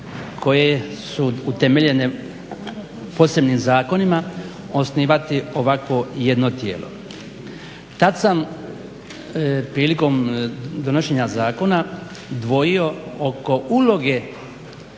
koje su utemeljene posebnim zakonima osnivati ovakvo jedno tijelo. Tad sam prilikom donošenja zakona dvojio oko uloge